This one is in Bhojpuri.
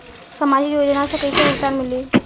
सामाजिक योजना से कइसे भुगतान मिली?